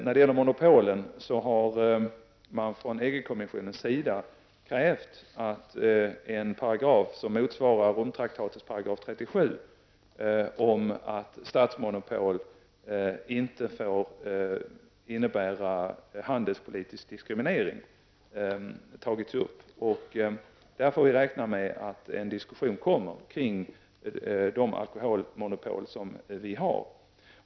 När det gäller monopolen har man från EG kommissionens sida krävt att en paragraf som motsvarar Romtraktatets 37 § om att statsmonopol inte får innebära handelspolitisk diskriminering skall tas upp till diskussion. Vi får räkna med att en diskussion kommer kring de alkoholmonopol som finns.